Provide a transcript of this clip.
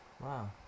Wow